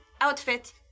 outfit